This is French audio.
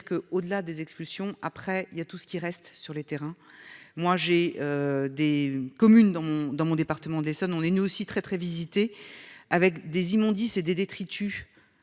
que au-delà des expulsions, après il y a tout ce qui reste sur le terrain, moi j'ai des communes dans dans mon département de l'Essonne, on est aussi très très visitée avec des immondices et des détritus